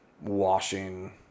washing